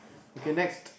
okay next